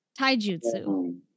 taijutsu